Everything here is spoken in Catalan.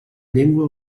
llengua